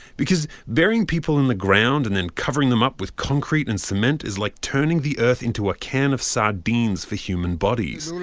because burying people in the ground and then covering them up with concrete and cement is like turning the earth into a can of sardines for human bodies.